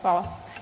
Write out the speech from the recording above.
Hvala.